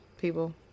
people